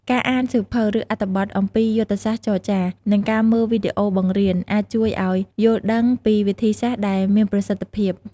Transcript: ការអានសៀវភៅ ឬអត្ថបទអំពីយុទ្ធសាស្ត្រចរចា និងការមើលវីដេអូបង្រៀន អាចជួយឱ្យយល់ដឹងពីវិធីសាស្រ្តដែលមានប្រសិទ្ធភាព។